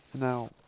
now